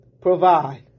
provide